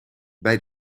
bij